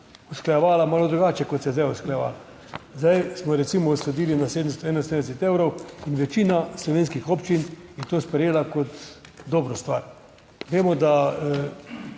usklajevala malo drugače kot se je zdaj usklajevali. Zdaj smo recimo sodili na 771 evrov in večina slovenskih občin je to sprejela kot dobro stvar. Vemo, da